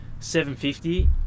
750